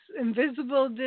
invisible